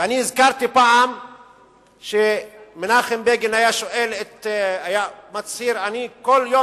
ואני הזכרתי פעם שמנחם בגין היה מצהיר: כל יום